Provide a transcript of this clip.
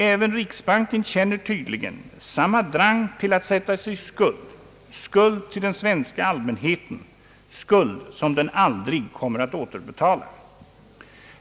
Även riksbanken känner tydligen samma »drang» till att sätta sig i skuld — skuld till den svenska allmänheten, skuld som den aldrig kommer att återbetala.